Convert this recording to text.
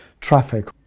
traffic